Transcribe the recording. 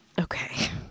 Okay